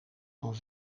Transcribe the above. van